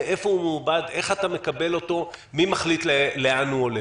איך אתה מקבל אותו ומי מחליט לאן הוא הולך?